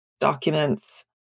documents